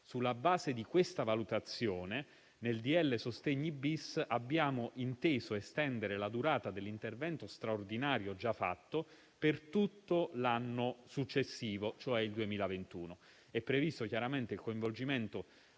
Sulla base di questa valutazione nel decreto-legge sostegni-*bis* abbiamo inteso estendere la durata dell'intervento straordinario già fatto per tutto l'anno successivo, cioè il 2021. Chiaramente è anche previsto il coinvolgimento